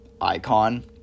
icon